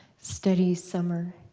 steady summer.